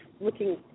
looking